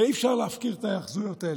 ואי-אפשר להפקיר את ההיאחזויות האלה,